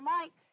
Mike